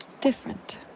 different